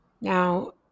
Now